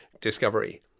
discovery